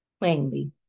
plainly